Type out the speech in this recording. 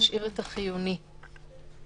ולהשאיר את החיוני ב-(1).